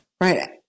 Right